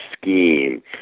scheme